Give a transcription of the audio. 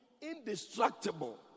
indestructible